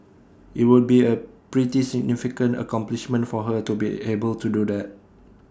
IT would be A pretty significant accomplishment for her to be able to do that